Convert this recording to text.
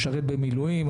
משרת במילואים,